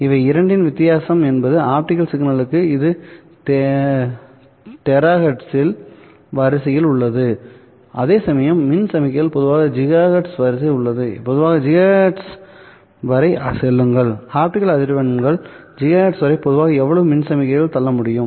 இவை இரண்டின் வித்தியாசம் என்பது ஆப்டிகல் சிக்னல்களுக்கு இது தேரா ஹெர்ட்ஸின் வரிசையில் உள்ளது அதேசமயம் மின் சமிக்ஞைகள் பொதுவாக GHz வரை உள்ளதுபொதுவாக GHz வரை செல்லுங்கள் ஆப்டிகல் அதிர்வெண்கள் GHz வரை பொதுவாக எவ்வளவு மின் சமிக்ஞைகளுக்கு தள்ள முடியும்